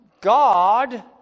God